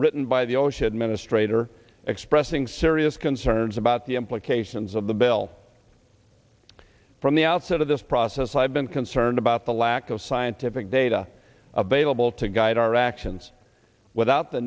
written by the ocean administrator expressing serious concerns about the implications of the bill from the outset of this process i've been concerned about the lack of scientific data available to guide our actions without the